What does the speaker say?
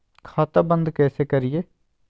खाता बंद कैसे करिए?